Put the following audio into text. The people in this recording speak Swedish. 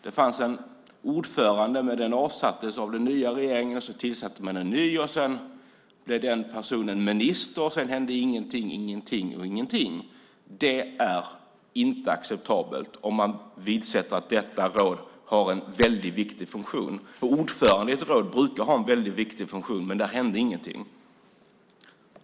Det fanns en ordförande som avsattes av den nya regeringen. Man tillsatte en ny, och sedan blev den personen minister. Sedan hände ingenting och ingenting. Det är inte acceptabelt eftersom detta råd har en mycket viktig funktion. Ordföranden i ett råd brukar ha en mycket viktig funktion, men det hände ingenting.